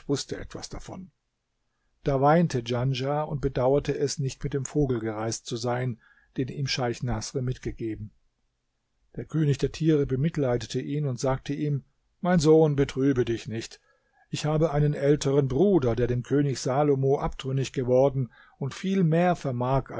wußte etwas davon da weinte djanschah und bedauerte es nicht mit dem vogel gereist zu sein den ihm scheich naßr mitgegeben der könig der tiere bemitleidete ihn und sagte ihm mein sohn betrübe dich nicht ich habe einen älteren bruder der dem könig salomo abtrünnig geworden und viel mehr vermag